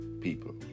People